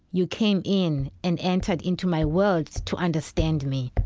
you came in and entered into my world to understand me.